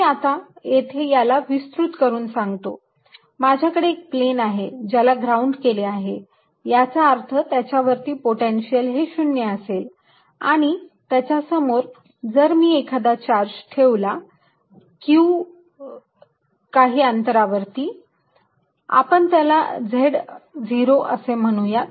मी आता येथे याला विस्तृत करून सांगतो माझ्याकडे एक प्लेन आहे ज्याला ग्राउंड केले आहे याचा अर्थ त्याच्यावरती पोटेन्शिअल शून्य असेल आणि त्याच्यासमोर जर मी एखादा चार्ज ठेवला q काही अंतरावर ती आपण त्याला Z0 असे म्हणूयात